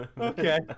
Okay